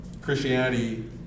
Christianity